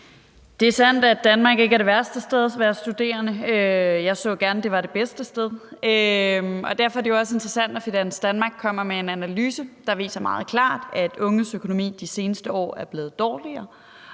Det er sandt, at Danmark ikke er det værste sted at være studerende. Jeg så gerne, at det var det bedste sted. Derfor er det jo også interessant, når Finans Danmark kommer med en analyse, der viser meget klart, at unges økonomi de seneste år er blevet dårligere.